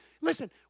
listen